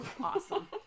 awesome